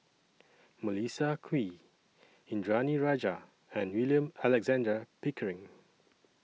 Melissa Kwee Indranee Rajah and William Alexander Pickering